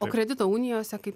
o kredito unijose kaip